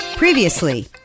Previously